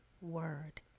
word